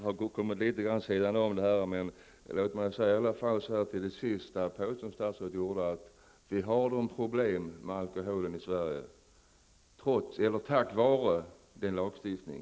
Herr talman! Visserligen har vi kommit litet på sidan av frågan, men jag vill i alla fall till sist med anledning av statsrådets påståenden säga att vi har de problem med alkohol som vi har i Sverige tack vare vår nuvarande lagstiftning.